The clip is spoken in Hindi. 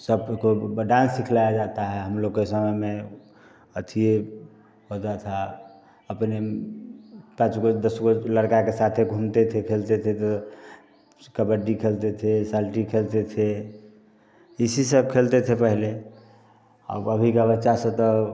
सब को डांस सिखलाया जाता है हम लोग के समय में अथिए होता था अपने पाँच को दस को लड़का के साथे घूमते थे खेलते थे तो कबड्डी खेलते थे साल्टी खेलते थे इसी सब खेलते थे पहले अब अभी का बच्चा से तो